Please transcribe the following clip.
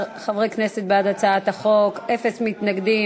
12 חברי כנסת בעד הצעת החוק, אין מתנגדים.